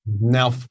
Now